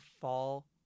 fall